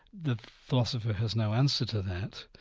the philosopher has no answer to that,